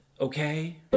Okay